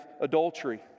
adultery